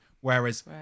Whereas